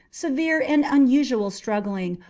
severe and unusual struggling,